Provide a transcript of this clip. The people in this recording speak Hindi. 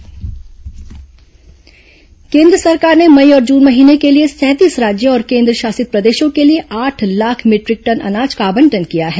केंद्र खाद्यान्न आवंटन कें द्र सरकार ने मई और जून महीने के लिए सैंतीस राज्यों और कें द्र शासित प्रदेशों के लिए आठ लाख मीटरिक टन अनाज का आवंटन किया है